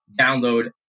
download